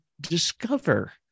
discover